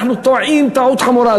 אנחנו טועים טעות חמורה.